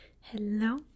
hello